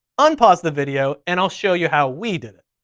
un pause the video and i'll show you how we did it.